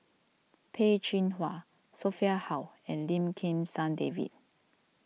Peh Chin Hua Sophia Hull and Lim Kim San David